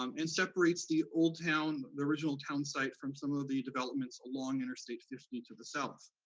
um and separates the old town, the original town site from some of the developments along interstate fifty to the south.